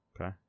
Okay